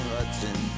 Hudson